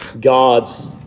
God's